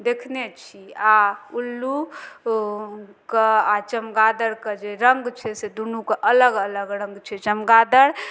देखने छी आओर उल्लूके आओर चमगादड़ कऽ जे रङ्ग छै से दुनूके अलग अलग रङ्ग छै चमगादड़